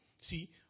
See